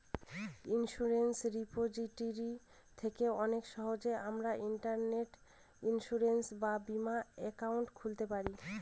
insurance repository থেকে অনেক সহজেই আমরা ইন্টারনেটে ইন্সুরেন্স বা বীমা একাউন্ট খুলতে পারি